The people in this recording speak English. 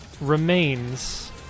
remains